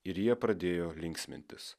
ir jie pradėjo linksmintis